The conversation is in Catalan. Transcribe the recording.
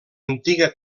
antiga